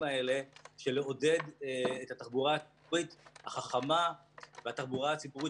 האלה של לעודד את התחבורה הציבורית החכמה והתחבורה הציבורית